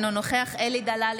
אינו נוכח אלי דלל,